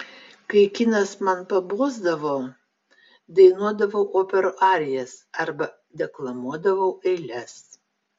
kai kinas man pabosdavo dainuodavau operų arijas arba deklamuodavau eiles